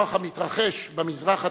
נוכח המתרחש במזרח התיכון,